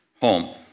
home